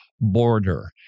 border